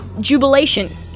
jubilation